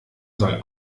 soll